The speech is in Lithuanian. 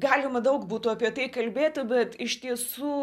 galima daug būtų apie tai kalbėti bet iš tiesų